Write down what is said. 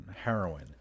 heroin